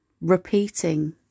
repeating